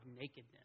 nakedness